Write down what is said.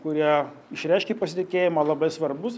kurie išreiškė pasitikėjimą labai svarbus